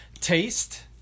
Taste